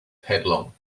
headlong